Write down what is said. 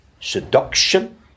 seduction